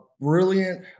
brilliant